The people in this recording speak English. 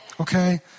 Okay